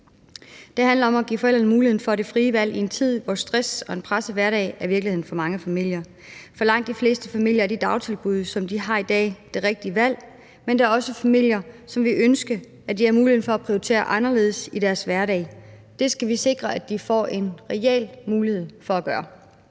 Det handler om at give forældrene muligheden for det frie valg i en tid, hvor stress og en presset hverdag er virkeligheden for mange familier. For langt de fleste familier er de dagtilbud, som de har i dag, det rigtige valg, men der er også familier, som ville ønske, at de havde mulighed for at prioritere anderledes i deres hverdag. Det skal vi sikre de får en reel mulighed for at gøre.